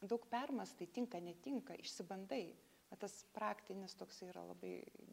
daug permąstai tinka netinka išsibandai va tas praktinis toksai yra labai